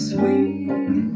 Sweet